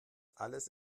alles